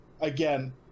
again